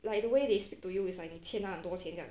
like the way they speak to you is like 你欠他很多钱奖